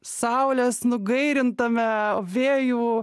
saulės nugairintame vėjų